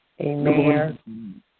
Amen